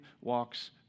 walks